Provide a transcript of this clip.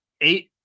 eight